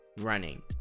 running